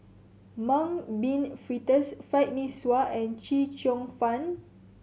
Mung Bean Fritters Fried Mee Sua and Chee Cheong Fun